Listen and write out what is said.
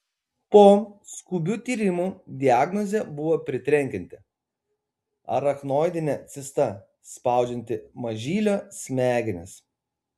po skubių tyrimų diagnozė buvo pritrenkianti arachnoidinė cista spaudžianti mažylio smegenis